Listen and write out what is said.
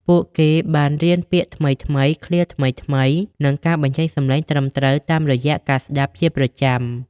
ពួកគេបានរៀនពាក្យថ្មីៗ ឃ្លាថ្មីៗ និងការបញ្ចេញសំឡេងត្រឹមត្រូវតាមរយៈការស្តាប់ជាប្រចាំ។